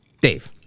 Dave